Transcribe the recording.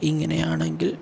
ഇങ്ങനെയാണെങ്കിൽ